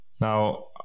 Now